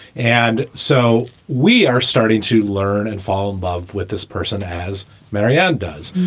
and so we are starting to learn and fall in love with this person, as marianne does.